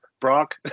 Brock